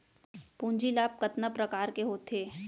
पूंजी लाभ कतना प्रकार के होथे?